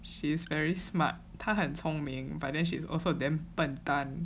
she's very smart 他很聪明 but then she also damn 笨蛋